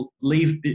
leave